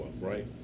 right